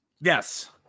Yes